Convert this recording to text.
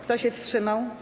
Kto się wstrzymał?